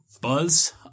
Buzz